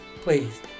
please